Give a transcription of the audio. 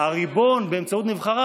מה הייתה עמדתך בנושא בקעת הירדן?